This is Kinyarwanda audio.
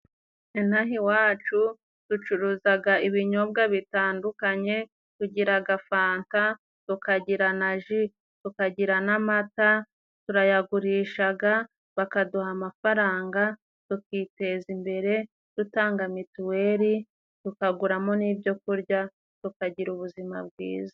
Inaha iwacu ducuruzaga ibinyobwa bitandukanye. Tugiraga fanta, tukagira na ji, tukagira n'amata. Turayagurishaga bakaduha amafaranga tukiteza imbere dutanga mituweli, tukaguramo n'ibyo kurya tukagira ubuzima bwiza.